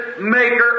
Maker